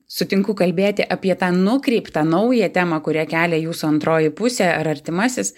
sutinku kalbėti apie tą nukreiptą naują temą kurią kelia jūsų antroji pusė ar artimasis